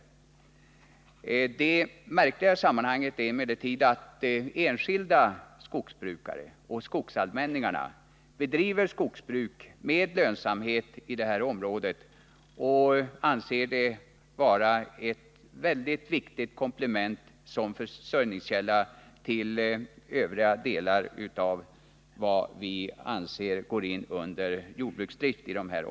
Det märkliga i sammanhanget är emellertid att enskilda skogsbrukare och skogsallmänningarna bedriver skogsbruk med lönsamhet i det här området. De anser att skogsbruket i detta område ur försörjningssynpunkt är ett väldigt viktigt komplement till övriga delar av vad vi anser bör ingå i jordbruksdriften här.